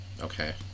Okay